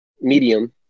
medium